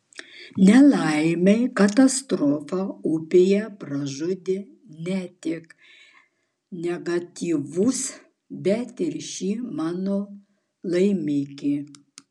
nelaimei katastrofa upėje pražudė ne tik negatyvus bet ir šį mano laimikį